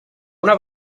una